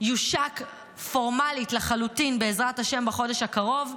יושק פורמלית לחלוטין, בעזרת השם, בחודש הקרוב,